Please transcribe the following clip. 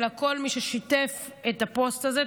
אלא כל מי ששיתף את הפוסט הזה.